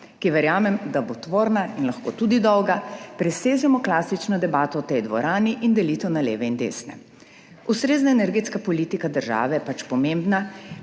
ki verjamem, da bo tvorna in lahko tudi dolga, presežemo klasično debato v tej dvorani in delitev na leve in desne. Ustrezna energetska politika države je pač pomembna,